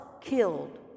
killed